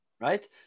right